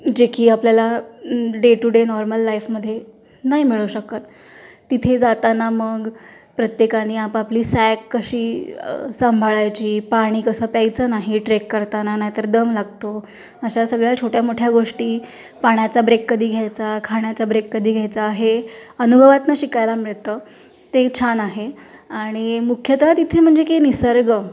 जे की आपल्याला डे टू डे नॉर्मल लाईफमध्ये नाही मिळू शकत तिथे जाताना मग प्रत्येकाने आपापली सॅक कशी सांभाळायची पाणी कसं प्यायचं नाही ट्रेक करताना नाहीतर दम लागतो अशा सगळ्या छोट्या मोठ्या गोष्टी पाण्याचा ब्रेक कधी घ्यायचा खाण्याचा ब्रेक कधी घ्यायचा हे अनुभवातून शिकायला मिळतं ते छान आहे आणि मुख्यतः तिथे म्हणजे की निसर्ग